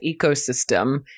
ecosystem